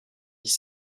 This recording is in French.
dix